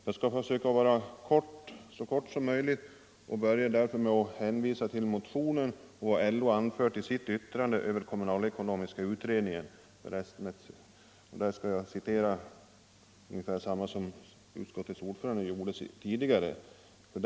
Jag skall försöka vara så kortfattad som möjligt och börjar därför med att hänvisa till motionen och till vad LO anfört i sitt yttrande över kommunalekonomiska utredningen, som utskottets ordförande tidigare citerat.